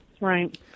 Right